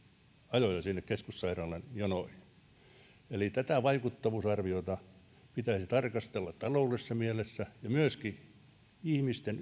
ajoja sinne keskussairaalan jonoihin tätä vaikuttavuusarviota pitäisi tarkastella taloudellisessa mielessä ja myöskin ihmisten